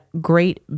great